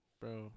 Bro